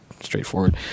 straightforward